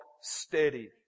steady